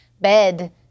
bed